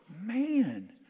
man